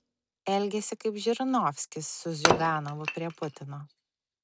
elgiasi kaip žirinovskis su ziuganovu prie putino